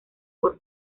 por